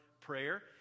prayer